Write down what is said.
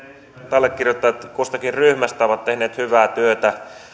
allekirjoittajat kustakin ryhmästä ovat tehneet hyvää työtä